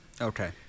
Okay